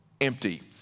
empty